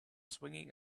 swinging